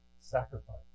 Sacrifice